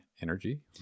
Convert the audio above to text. energy